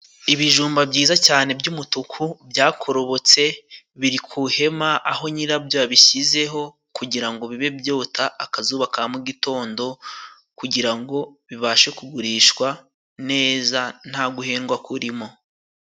Ibijumba byiza cane by'mutuku byakorobotse, biri ku ihema aho nyirabyo yabishyizeho kugira ngo bibe byota akazuba ka mu gitondo, kugira ngo bibashe kugurishwa neza, nta guhendwa kurimo.